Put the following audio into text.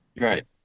Right